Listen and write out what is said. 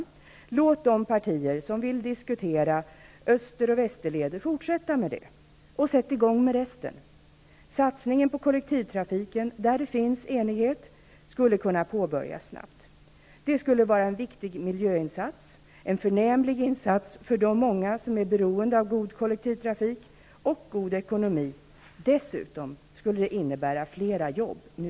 Låt de partier som vill diskutera Öster och Västerleden att fortsätta därmed och sätt i gång med resten. Satsningen på kollektivtrafiken, där det finns enighet, skulle kunna påbörjas snart. Det skulle vara en viktig miljöinsats, en förnämlig insats för de många som är beroende av god kollektivtrafik och innebära god ekonomi. Dessutom skulle det innebära fler jobb nu.